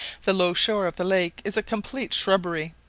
the low shore of the lake is a complete shrubbery.